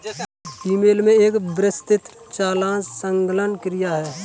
ई mail में एक विस्तृत चालान संलग्न किया है